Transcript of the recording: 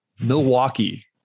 Milwaukee